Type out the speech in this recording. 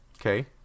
Okay